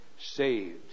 saved